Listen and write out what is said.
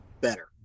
better